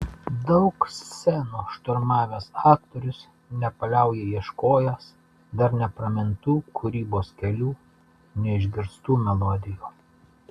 daug scenų šturmavęs aktorius nepaliauja ieškojęs dar nepramintų kūrybos kelių neišgirstų melodijų